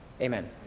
amen